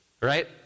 Right